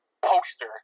poster